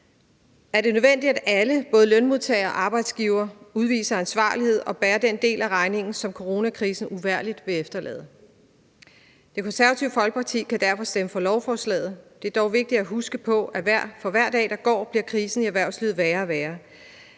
er det nødvendigt, at alle, både lønmodtagere og arbejdsgivere, udviser ansvarlighed og bærer den del af regningen, som coronakrisen uvægerlig vil efterlade. Det Konservative Folkeparti kan derfor stemme for lovforslaget. Det er dog vigtigt at huske på, at for hver dag der går, bliver krisen i erhvervslivet værre og værre.